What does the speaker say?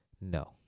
no